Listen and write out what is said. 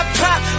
pop